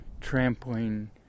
trampling